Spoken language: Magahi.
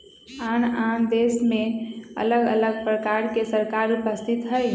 आन आन देशमें अलग अलग प्रकार के सरकार उपस्थित हइ